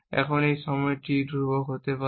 এখন এই সময় t ধ্রুবক হতে পারে